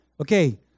Okay